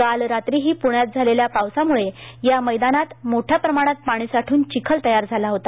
काल रात्रीही पुण्यात झालेल्या पावसामुळे या मैदानात मोठ्या प्रमाणात पाणी साठून चिखल तयार झाला होता